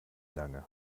lange